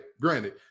granted